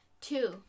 two